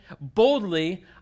boldly